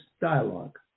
dialogue